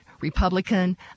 Republican